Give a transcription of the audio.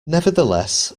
nevertheless